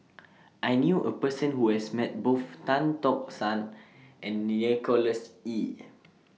I knew A Person Who has Met Both Tan Tock San and Nicholas Ee